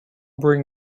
bring